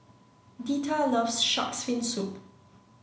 Deetta loves Shark's Fin Soup